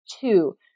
Two